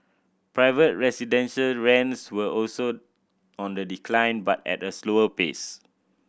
private residential rents were also on the decline but at a slower pace